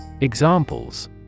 Examples